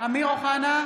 אמיר אוחנה,